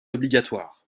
obligatoire